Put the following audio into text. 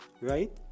right